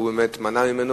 שהוא מנע ממנו,